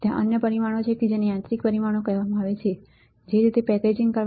ત્યાં અન્ય પરિમાણો છે જેને યાંત્રિક પરિમાણો કહેવામાં આવે છે જે રીતે પેકેજિંગ કરવામાં આવે છે